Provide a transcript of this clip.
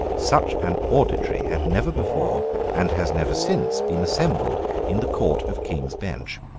such an auditory had never before and has never since been assembled in the court of king's bench.